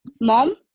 mom